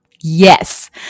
Yes